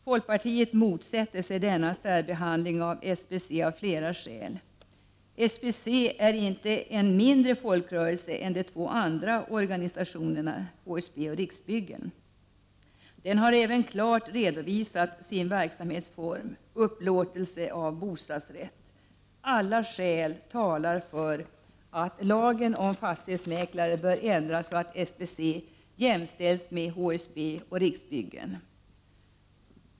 Folkpartiet motsätter sig denna särbehandling av SBC av flera skäl. SBC är inte en mindre folkrörelse än de två andra organisationerna, HSB och Riksbyggen. Den har även klart redovisat sin verksamhetsform, upplåtelse av bostadsrätter. Alla skäl talar för att lagen om fastighetsmäklare bör ändras så att SBC jämställs med HSB och Riksbyggen.